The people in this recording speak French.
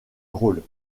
drôle